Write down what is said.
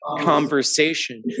conversation